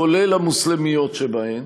כולל המוסלמיות שבהן,